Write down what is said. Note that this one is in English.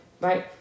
right